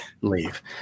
leave